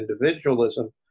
individualism